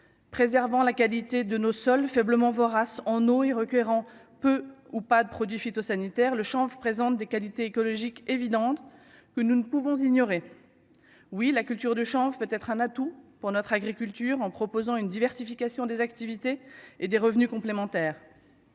préservant la qualité de nos sols faiblement vorace en eau et requérant peu ou pas de produits phytosanitaires le présente des qualités écologiques évidentes que nous ne pouvons ignorer oui, la culture de chanvre, peut être un atout pour notre agriculture en proposant une diversification des activités et des revenus complémentaires